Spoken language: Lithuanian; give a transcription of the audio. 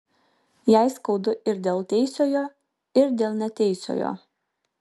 jai skaudu ir dėl teisiojo ir dėl neteisiojo